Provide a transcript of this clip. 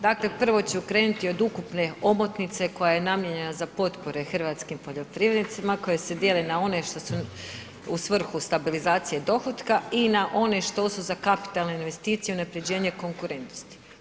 Dakle, prvo ću krenuti od ukupne omotnice koja je namijenjena za potpore hrvatskim poljoprivrednicima koje se dijele na one što su u svrhu stabilizacije dohotka i na one što su za kapitalne investicije i unaprjeđenje konkurentnosti.